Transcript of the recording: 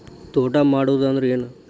ತೋಟ ಮಾಡುದು ಅಂದ್ರ ಏನ್?